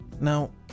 Now